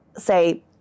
say